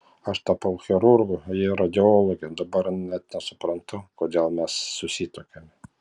aš tapau chirurgu ji radiologe dabar net nesuprantu kodėl mes susituokėme